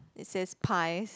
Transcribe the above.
it says pies